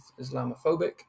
Islamophobic